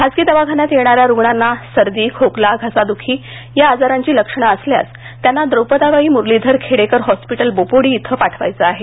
खासगी दवाखान्यात येणाऱ्या रुग्णांना सर्दी खोकला घसाद्खी या आजाराची लक्षणं असल्यास त्यांना द्रौपदाबाई मुरलीधर खेडेकर हॉस्पिटल बोपोडी श्वें पाठवायचं आहे